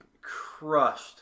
crushed